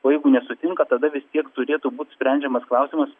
o jeigu nesutinka tada vis tiek turėtų būt sprendžiamas klausimas